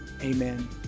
amen